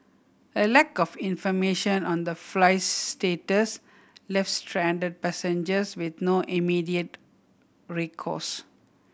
a lack of information on the flight's status left stranded passengers with no immediate recourse